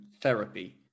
therapy